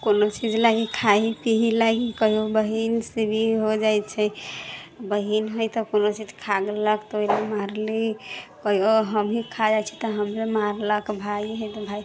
कोनो चीज लागी खाइ पीबि लागी कहिओ बहिनसँ भी हो जाइ छै बहिन हइ तऽ कोनो चीज खा गेलक तऽ ओहि लेल मारली कहिओ हमहीँ खा जाइ छी तऽ हमरे मारलक भाइ हइ तऽ भाइ